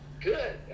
Good